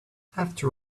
after